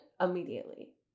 immediately